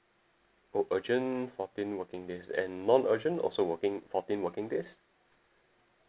oh urgent fourteen working days and non urgent also working fourteen working days